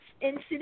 incident